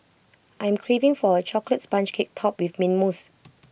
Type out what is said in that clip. I am craving for A Chocolate Sponge Cake Topped with Mint Mousse